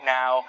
now